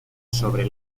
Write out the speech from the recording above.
sobre